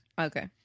Okay